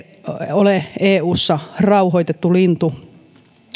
ole eussa rauhoitettu lintu